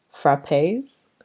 frappes